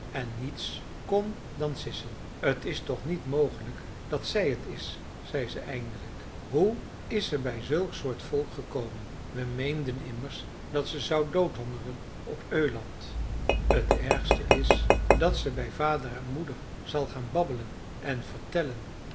en niets kon dan sissen t is toch niet mogelijk dat zij het is zei ze eindelijk hoe is ze bij zulk soort volk gekomen we meenden immers dat ze zou doodhongeren op öland het ergste is dat ze bij vader en moeder zal gaan babbelen en vertellen